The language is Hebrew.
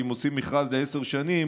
שאם עושים מכרז לעשר שנים,